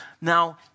Now